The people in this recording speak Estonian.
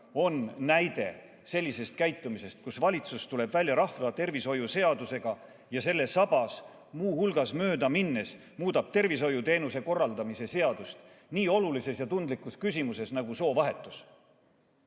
on näide just sellise käitumise kohta, kus valitsus tuleb välja rahvatervishoiu seadusega ja selle sabas muu hulgas, möödaminnes muudab tervishoiuteenuste korraldamise seadust nii olulises ja tundlikus küsimuses nagu soovahetus.